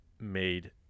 made